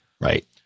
right